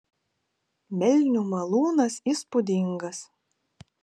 melnių malūnas įspūdingas